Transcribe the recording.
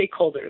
stakeholders